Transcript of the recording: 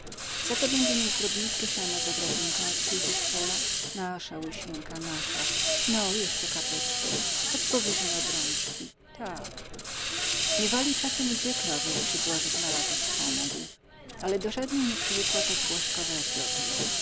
za to będzie mieć drobniutkie siano za drabinką jak przyjdzie z pola nasza łysinka nasza no jeszcze kapeczkę choć po wyżnie obrączki tak miewali czasem i dwie krowy jak się błażek na lato wspomógł ale do żadnej nie przywykła tak błażkowa jak do tej